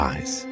Eyes